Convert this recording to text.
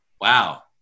wow